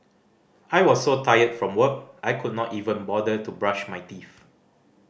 I was so tired from work I could not even bother to brush my teeth